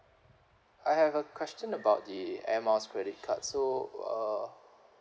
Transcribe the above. I have a question about the air miles credit card so uh